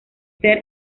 ser